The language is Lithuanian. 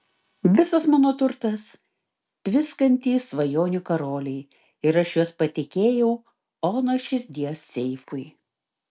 visas mano turtas tviskantys svajonių karoliai ir aš juos patikėjau onos širdies seifui